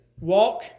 walk